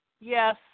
Yes